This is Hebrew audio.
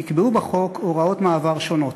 נקבעו בחוק הוראות מעבר שונות.